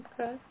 Okay